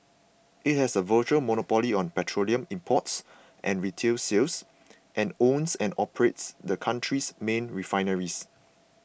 it has a virtual monopoly on petroleum imports and retail sales and owns and operates the country's main refineries